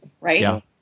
right